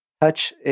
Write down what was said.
touch